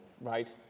Right